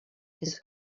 his